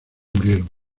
murieron